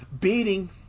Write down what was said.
beating